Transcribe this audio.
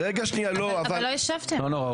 לא נורא,